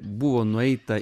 buvo nueita